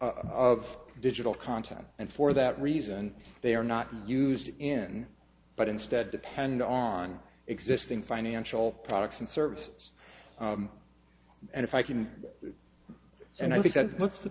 of digital content and for that reason they are not used in but instead depend on existing financial products and services and if i can and i think that what's the